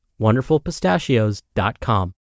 wonderfulpistachios.com